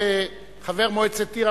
כחבר מועצת עיר,